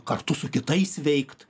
kartu su kitais veikt